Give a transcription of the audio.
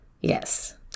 Yes